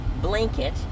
blanket